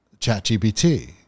ChatGPT